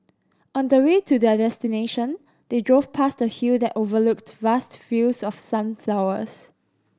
on the way to their destination they drove past a hill that overlooked vast fields of sunflowers